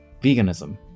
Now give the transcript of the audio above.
veganism